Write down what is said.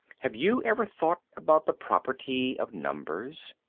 have you ever thought about the properties of numbers?